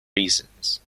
reasons